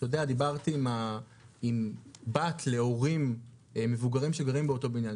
דיברתי עם בת להורים מבוגרים שגרים באותו בניין.